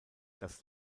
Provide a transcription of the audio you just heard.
das